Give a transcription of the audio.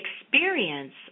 experience